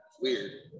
Weird